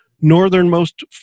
northernmost